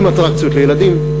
עם אטרקציות לילדים,